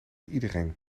iedereen